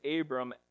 Abram